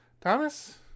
Thomas